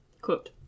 quote